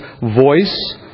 voice